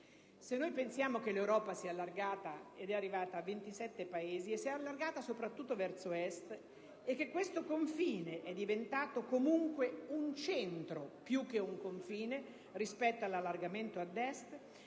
Se pensiamo che l'Europa si è allargata ed è arrivata a 27 Paesi, e si è allargata soprattutto verso Est, e che questo confine è diventato comunque un centro più che un confine rispetto all'allargamento ad Est,